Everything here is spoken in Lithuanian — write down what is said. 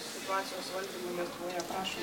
situacijos valdymu lietuvoje prašom